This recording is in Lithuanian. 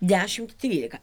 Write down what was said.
dešimt trylika